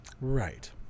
Right